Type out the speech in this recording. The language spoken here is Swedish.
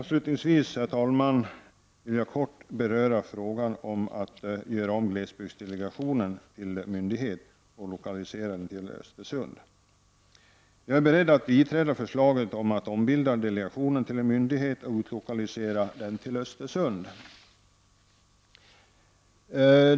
Avslutningsvis vill jag kort beröra frågan om att göra om glesbygdsdelegationen till en myndighet och utlokalisera den till Östersund. Jag är beredd att biträda detta förslag.